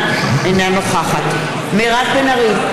אינה נוכחת מירב בן ארי,